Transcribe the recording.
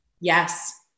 Yes